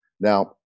Now